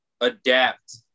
adapt